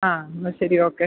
ആ എന്നാൽ ശരി ഓക്കെ